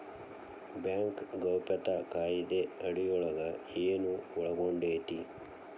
Bank ಗೌಪ್ಯತಾ ಕಾಯಿದೆ ಅಡಿಯೊಳಗ ಏನು ಒಳಗೊಂಡೇತಿ?